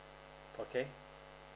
okay